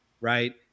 right